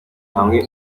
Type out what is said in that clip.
hamwe